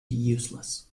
useless